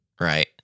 right